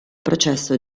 processo